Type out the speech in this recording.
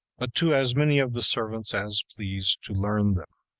but to as many of the servants as please to learn them.